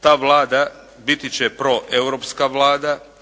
Ta Vlada biti će proeuropska Vlada.